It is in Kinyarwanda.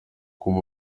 kuva